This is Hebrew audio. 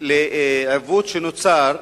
לעיוות שנוצר,